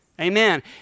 Amen